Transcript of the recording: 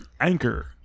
Anchor